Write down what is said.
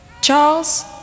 Charles